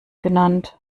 genannt